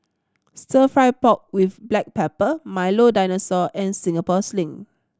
Stir Fry pork with black pepper Milo Dinosaur and Singapore Sling